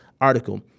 article